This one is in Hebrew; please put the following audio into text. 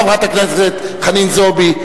חברת הכנסת חנין זועבי,